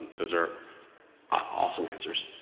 those are awesome answers.